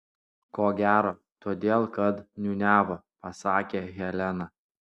ko gero todėl kad niūniavo pasakė helena